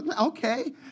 Okay